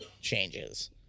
changes